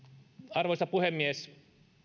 arvoisa puhemies